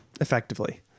effectively